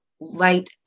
light